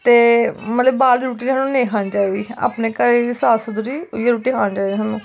ते मतलब बाह्र दा रुट्टी सानू नेईं खानी चाहिदी अपने घरै दी साफ सुथरी उ'ऐ खानी चाहिदी